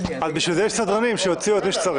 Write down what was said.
אז בשביל זה יש סדרנים, שיוציאו את מי שצריך.